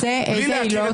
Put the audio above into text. איזה עילות?